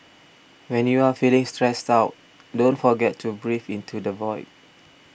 when you are feeling stressed out don't forget to breathe into the void